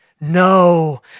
No